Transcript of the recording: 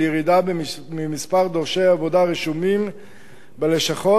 ירידה במספר דורשי העבודה הרשומים בלשכות,